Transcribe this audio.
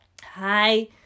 Hi